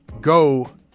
Go